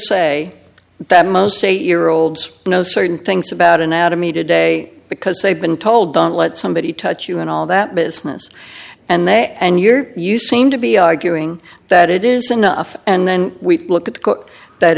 daresay that most eight year olds know certain things about anatomy today because they've been told don't let somebody touch you and all that business and they and your you seem to be arguing that it is enough and then we look at the